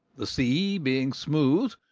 the sea being smooth,